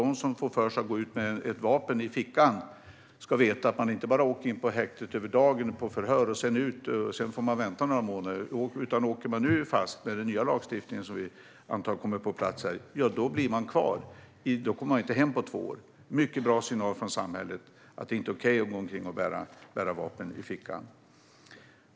De som får för sig att gå ut med ett vapen i fickan ska veta att de inte bara åker in på förhör på häktet över dagen och sedan kommer ut och får vänta några månader. Den som åker fast nu blir kvar, när den nya lagstiftningen som vi antar kommer på plats. Då kommer personen inte hem på två år. Det är en mycket bra signal från samhället att det inte är okej att gå omkring och bära vapen i fickan.